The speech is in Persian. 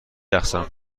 رقصم